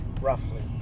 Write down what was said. roughly